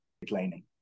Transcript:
declining